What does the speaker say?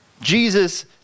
Jesus